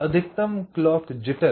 अधिकतम clock jitter